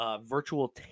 virtual